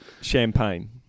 champagne